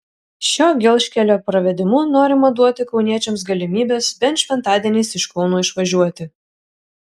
šio gelžkelio pravedimu norima duoti kauniečiams galimybes bent šventadieniais iš kauno išvažiuoti